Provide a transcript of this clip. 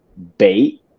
bait